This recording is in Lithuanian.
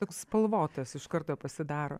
toks spalvotas iš karto pasidaro